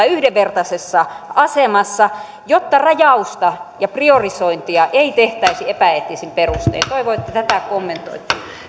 yhdenvertaisessa asemassa jotta rajausta ja priorisointia ei tehtäisi epäeettisin perustein toivon että tätä kommentoitte